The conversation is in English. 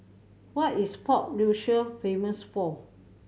what is Port Louis famous for